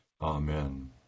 Amen